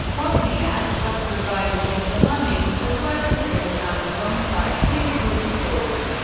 wozniak has provided all the money, as well as a good amount of on-site technical support,